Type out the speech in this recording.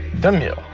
daniel